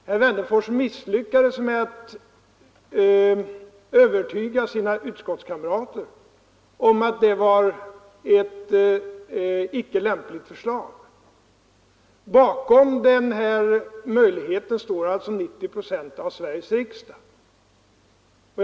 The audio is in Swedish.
Herr Wennerfors misslyckades med att övertyga sina utskottskamrater om att förslaget icke var lämpligt. Bakom den införda möjligheten står 90 procent av Sveriges riksdag.